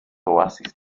oasis